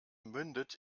mündet